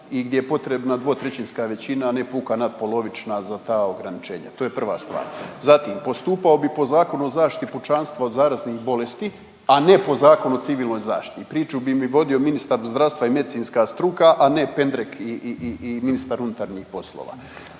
i gdje je potrebna dvotrećinska većina, a ne puka natpolovična za ta ograničenja, to je prva stvar. Zatim postupao bi po Zakonu o zaštiti pučanstva od zaraznih bolesti, a ne po Zakonu o civilnoj zaštiti. Priču bi mi vodio ministar zdravstva i medicinska struka, a ne pendrek i, i, i ministar unutarnjih poslova.